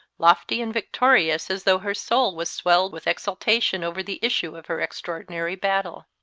lofty and victorious as though her soul was swelled with exultation over the issue of her extra ordinary battle.